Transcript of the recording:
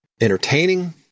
entertaining